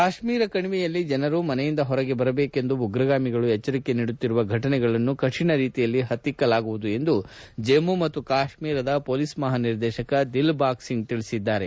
ಕಾಶ್ಮೀರ ಕಣಿವೆಯಲ್ಲಿ ಜನರು ಮನೆಯಿಂದ ಹೊರಗೆ ಬರಬೇಕೆಂದು ಉಗ್ರಗಾಮಿಗಳು ಎಚ್ಚರಿಕೆ ನೀಡುತ್ತಿರುವ ಫಟನೆಗಳನ್ನು ಕಠಿಣ ರೀತಿಯಲ್ಲಿ ಹತ್ತಿಕ್ಕಲಾಗುವುದು ಎಂದು ಜಮ್ಮು ಮತ್ತು ಕಾಶ್ವೀರದ ಪೊಲೀಸ್ ಮಹಾನಿರ್ದೇಶಕ ದಿಲ್ಬಾಗ್ ಸಿಂಗ್ ಹೇಳಿದ್ದಾರೆ